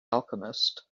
alchemist